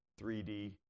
3D